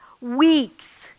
weeks